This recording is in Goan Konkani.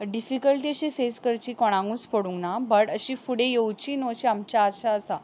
डिफिकल्टी अशी कोणाकूच फेस करची पडुकूंच ना बट अशी फुडें येवची न्हय अशे आमची आशा आसा